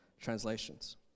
translations